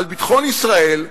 על ביטחון ישראל,